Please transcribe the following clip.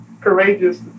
courageous